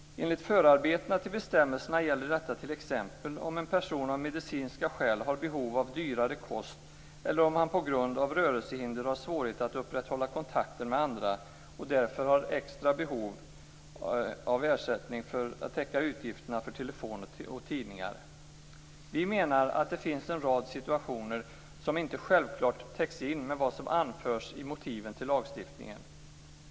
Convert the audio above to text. Enligt förarbetena till bestämmelsen gäller detta t.ex. om en person av medicinska skäl har behov av dyrare kost eller om han på grund av rörelsehinder har svårigheter att upprätthålla kontakten med andra och därför har extra behov av ersättning för att täcka utgifter för telefon och tidningar. Vi menar att det finns en rad situationer som inte självklart täcks in med vad som anförs i motiven till lagstiftningen.